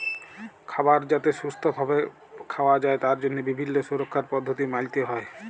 খাবার যাতে সুস্থ ভাবে খাওয়া যায় তার জন্হে বিভিল্য সুরক্ষার পদ্ধতি মালতে হ্যয়